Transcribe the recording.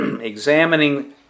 examining